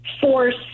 force